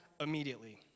immediately